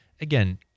Again